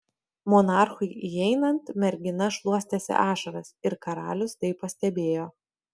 monarchui įeinant mergina šluostėsi ašaras ir karalius tai pastebėjo